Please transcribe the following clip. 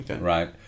right